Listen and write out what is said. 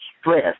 Stress